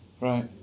right